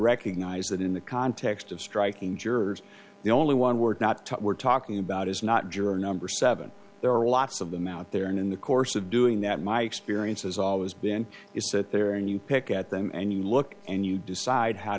recognize that in the context of striking jurors the only one word not to we're talking about is not juror number seven there are lots of them out there in the course of doing that my experience has always been is set there and you pick at them and you look and you decide how